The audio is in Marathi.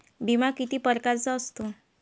बिमा किती परकारचा असतो?